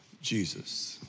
Jesus